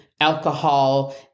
Alcohol